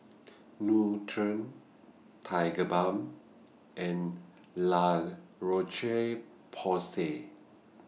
Nutren Tigerbalm and La Roche Porsay